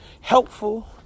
helpful